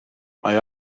mae